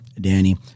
Danny